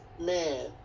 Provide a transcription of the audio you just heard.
man